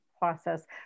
process